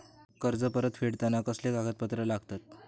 कर्ज परत फेडताना कसले कागदपत्र लागतत?